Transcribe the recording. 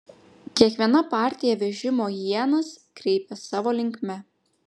kiekviena partija vežimo ienas kreipė savo linkme